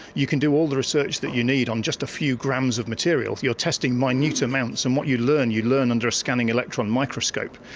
you can do all the research that you need on just a few grams of materials, you're testing minute amounts, and what you learn, you learn under a scanning electron microscope.